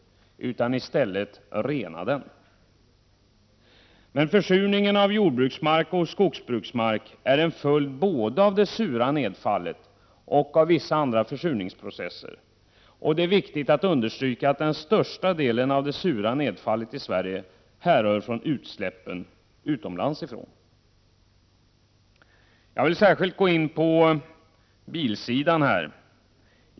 I stället måste man ställa krav på rening. Försurningen av jordbruksmark och skogsbruksmark är en följd både av det sura nedfallet och vissa andra försurningsprocesser. Det är viktigt att understryka att den största delen av det sura nedfallet i Sverige härrör från utsläppen från utlandet. Jag vill särskilt gå in på detta med biltrafiken.